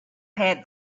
had